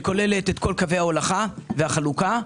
שכוללת את כל קווי ההולכה והחלוקה,